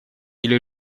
или